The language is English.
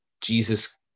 Jesus